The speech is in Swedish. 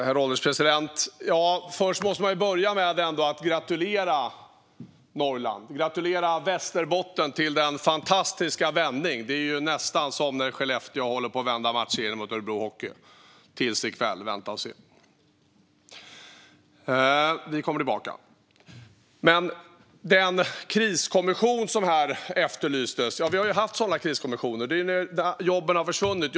Herr ålderspresident! Man måste väl ändå börja med att gratulera Norrland och Västerbotten till den fantastiska vändningen. Det är nästan som detta att Skellefteå håller på att vända matchserien mot Örebro Hockey - tills i kväll. Vänta och se bara, vi kommer tillbaka! När det gäller den kriskommission som efterlystes här har vi haft sådana kriskommissioner när jobben har försvunnit.